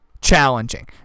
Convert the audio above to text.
challenging